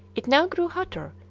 it now grew hotter,